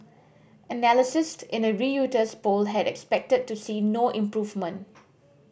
analysts in a Reuters poll had expected to see no improvement